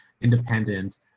independent